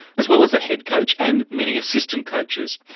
as well as the head coach and many assistant coaches.